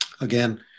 again